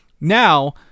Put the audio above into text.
Now